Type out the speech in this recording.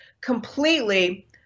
completely